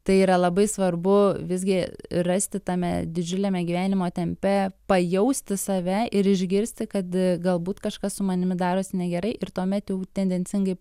tai yra labai svarbu visgi rasti tame didžiuliame gyvenimo tempe pajausti save ir išgirsti kad galbūt kažkas su manimi darosi negerai ir tuomet jau tendencingai